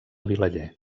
vilaller